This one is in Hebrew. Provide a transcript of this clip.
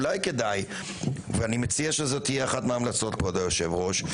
אולי כדאי, ואני מציע, כבוד היושב-ראש,